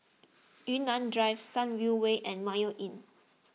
Yunnan Drive Sunview Way and Mayo Inn